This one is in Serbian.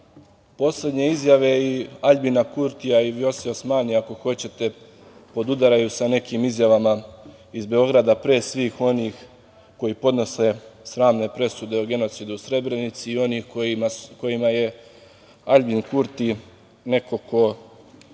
poslednje izjave Aljbina Kurtija i Vljose Osmanija, ako hoćete podudaraju sa nekim izjavama iz Beograda, pre svih onih koji podnose sramne presude o genocidu u Srebrenici i onih kojima je Aljbin Kurti neko o